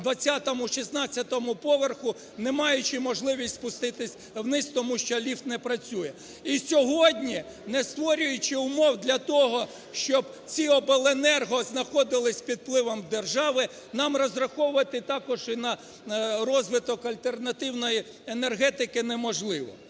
16 поверсі, не маючи можливості спуститися вниз, тому що ліфт не працює. І сьогодні, не створюючи умов для того, щоб ці обленерго знаходилися під впливом держави, нам розраховувати також і на розвиток альтернативної енергетики неможливо.